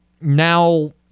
Now